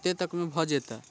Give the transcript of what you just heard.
कते तकमे भऽ जेतै